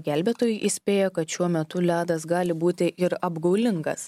gelbėtojai įspėja kad šiuo metu ledas gali būti ir apgaulingas